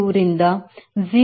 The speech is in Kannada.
2 ರಿಂದ 0